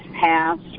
passed